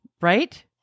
right